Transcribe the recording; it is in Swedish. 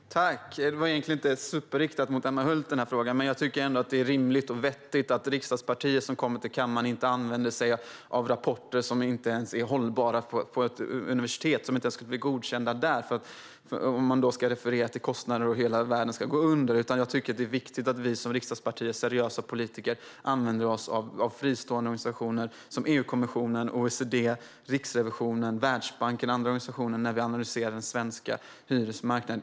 Herr talman! Frågan var egentligen inte superriktad mot Emma Hult. Men jag tycker ändå att det är rimligt och vettigt att riksdagsledamöter som kommer till kammaren inte använder sig av rapporter, där det refereras till kostnader och sägs att världen kommer att gå under, som inte ens skulle bli godkända på ett universitet. Det är viktigt att vi från riksdagspartier som seriösa politiker använder oss av fristående organisationer, som EU-kommissionen, OECD, Riksrevisionen och Världsbanken, när vi analyserar den svenska hyresmarknaden.